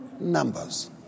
Numbers